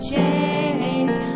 chains